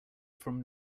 from